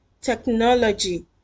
technology